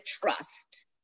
trust